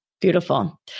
Beautiful